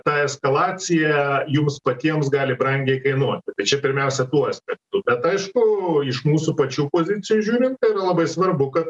ta eskalacija jums patiems gali brangiai kainuoti tai čia pirmiausia tuo aspektu bet aišku iš mūsų pačių pozicijų žiūrint labai svarbu kad